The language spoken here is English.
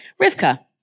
Rivka